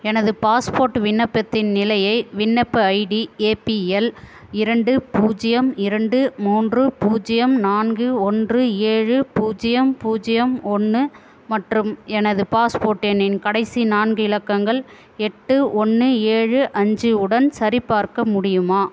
எனது பாஸ்போர்ட் விண்ணப்பத்தின் நிலையை விண்ணப்ப ஐடி ஏபிஎல் இரண்டு பூஜ்யம் இரண்டு மூன்று பூஜ்யம் நான்கு ஒன்று ஏழு பூஜ்யம் பூஜ்யம் ஒன்று மற்றும் எனது பாஸ்போர்ட் எண்ணின் கடைசி நான்கு இலக்கங்கள் எட்டு ஒன்று ஏழு அஞ்சு உடன் சரிபார்க்க முடியுமா